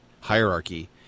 hierarchy